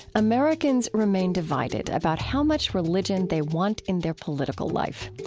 americans remain divided about how much religion they want in their political life.